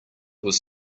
was